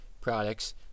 products